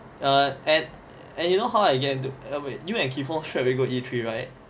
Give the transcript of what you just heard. err and and you know how I get into eh wait you and kee fong straightaway go E three right